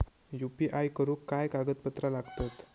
UPI करुक काय कागदपत्रा लागतत?